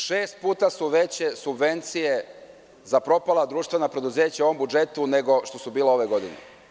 Šest puta su veće subvencije za propala društvena preduzeća u ovom budžetu, nego što su bila ove godine.